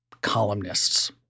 columnists